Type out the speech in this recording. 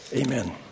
Amen